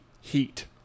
heat